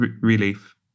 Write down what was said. relief